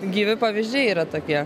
gyvi pavyzdžiai yra tokie